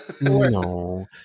No